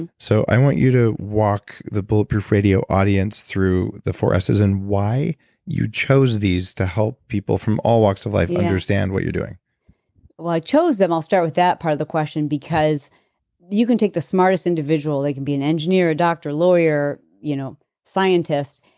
and so i want you to walk the bulletproof radio audience through the four s's and why you chose these to help people from all walks of life understand what you're doing well i chose them, i'll start with that part of the question, because you can take the smartest individual, it can be an engineer, a doctor, lawyer, you know scientist,